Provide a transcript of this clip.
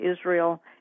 Israel